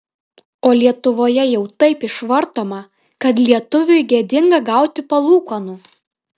o lietuvoje jau taip išvartoma kad lietuviui gėdinga gauti palūkanų